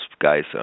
guys